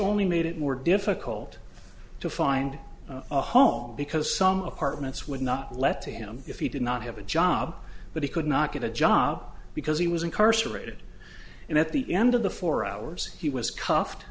only made it more difficult to find a home because some apartments would not let to him if he did not have a job but he could not get a job because he was incarcerated and at the end of the four hours he was cuffed